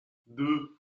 deux